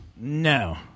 No